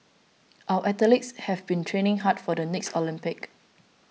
our athletes have been training hard for the next Olympics